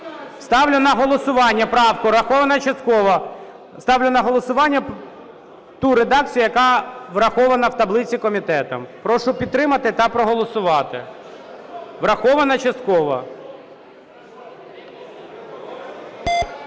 Ставлю на голосування правку, врахована частково. Ставлю на голосування ту редакцію, яка врахована в таблиці комітетом. Прошу підтримати та проголосувати. Врахована частково.